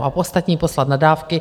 A ostatní poslat na dávky.